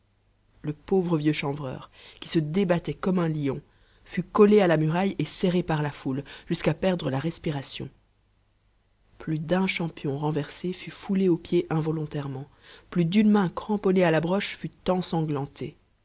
le pauvre vieux chanvreur qui se débattait comme un lion fut collé à la muraille et serré par la foule jusqu'à perdre la respiration plus d'un champion renversé fut foulé aux pieds involontairement plus d'une main cramponnée à la broche fut